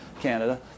Canada